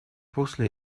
после